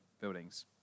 buildings